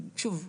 שוב,